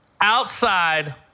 outside